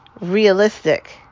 realistic